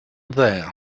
there